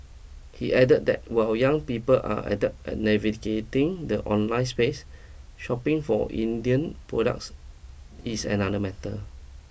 he added that while young people are adept at navigating the online space shopping for Indian products is another matter